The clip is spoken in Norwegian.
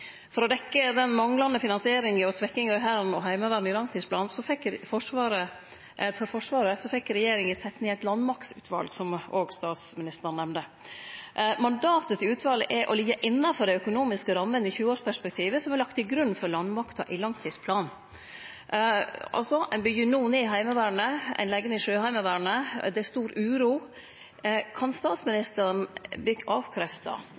For å dekkje den manglande finansieringa og svekkinga av Hæren og Heimevernet i langtidsplanen for Forsvaret fekk regjeringa sett ned eit landmaktsutval, som òg statsministeren nemnde. Mandatet til utvalet er å liggje innafor dei økonomiske rammene i 20-årsperspektivet som vart lagt til grunn for landmakta i langtidsplanen. Ein byggjer altså ned Heimevernet, ein legg ned Sjøheimevernet, og det er stor uro. Kan